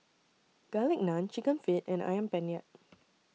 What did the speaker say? Garlic Naan Chicken Feet and Ayam Penyet